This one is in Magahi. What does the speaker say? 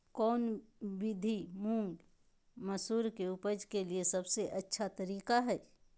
कौन विधि मुंग, मसूर के उपज के लिए सबसे अच्छा तरीका है?